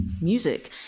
music